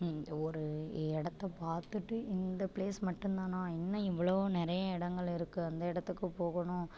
ஒரு இடத்த பார்த்துட்டு இந்த பிளேஸ் மட்டும்தானா இன்னும் இவ்வளோ நிறைய இடங்கள் இருக்கு அந்த இடத்துக்குப் போகணும்